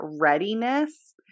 readiness